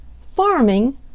Farming